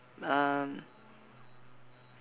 um